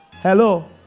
Hello